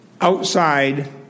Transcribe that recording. outside